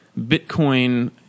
Bitcoin